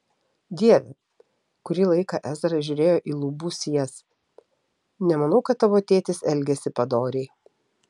dieve kurį laiką ezra žiūrėjo į lubų sijas nemanau kad tavo tėtis elgėsi padoriai